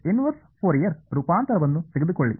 ಮತ್ತು inverse Fourier ರೂಪಾಂತರವನ್ನು ತೆಗೆದುಕೊಳ್ಳಿ